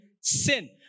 sin